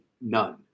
None